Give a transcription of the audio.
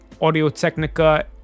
Audio-Technica